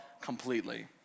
completely